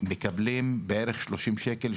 מקבלים בערך שלושים שקל,